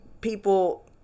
people